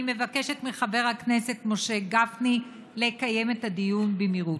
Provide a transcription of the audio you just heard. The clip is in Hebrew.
אני מבקשת מחבר הכנסת משה גפני לקיים את הדיון במהירות.